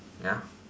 ya